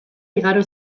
igaro